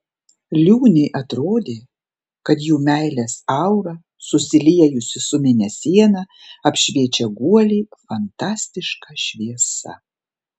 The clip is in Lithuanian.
liūnei atrodė kad jų meilės aura susiliejusi su mėnesiena apšviečia guolį fantastiška šviesa